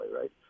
right